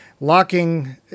Locking